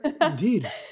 indeed